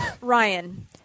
Ryan